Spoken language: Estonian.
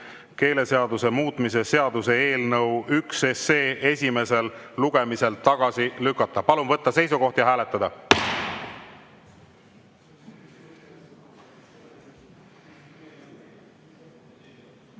keeleseaduse muutmise seaduse eelnõu 1 esimesel lugemisel tagasi lükata. Palun võtta seisukoht ja hääletada!